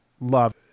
love